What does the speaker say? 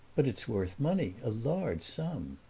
but it's worth money a large sum.